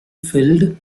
filled